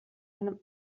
einem